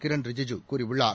கிரன் ரிஜூஜூ கூறியுள்ளார்